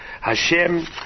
Hashem